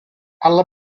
alla